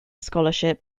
scholarship